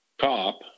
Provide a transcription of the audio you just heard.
cop